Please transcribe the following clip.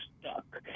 stuck